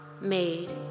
made